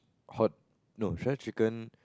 hot no shredded chicken